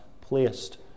placed